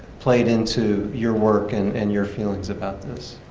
played into your work and and your feelings about this?